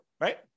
right